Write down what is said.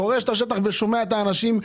שומע את האנשים,